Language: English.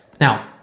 Now